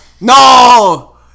No